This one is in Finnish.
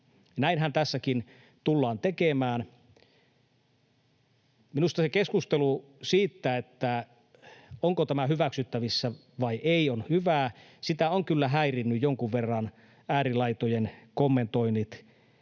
Näinhän tässäkin tullaan tekemään. Minusta keskustelu siitä, onko tämä hyväksyttävissä vai ei, on hyvää. Sitä ovat kyllä häirinneet jonkun verran äärilaitojen kommentoinnit,